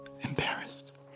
embarrassed